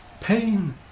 Pain